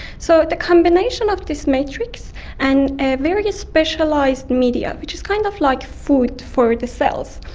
so the combination of this matrix and a very specialised media, which is kind of like food for the cells.